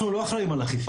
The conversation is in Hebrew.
אנחנו לא אחראיים על אכיפה,